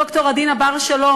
ד"ר עדינה בר-שלום,